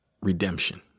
redemption